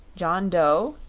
john dough,